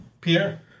Pierre